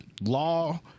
law